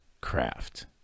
craft